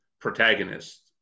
protagonists